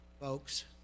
Folks